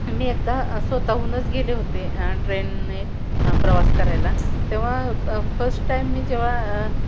मी एकदा स्वतःहूनच गेले होते ट्रेनने प्रवास करायला तेव्हा फर्स्ट टाईम मी जेव्हा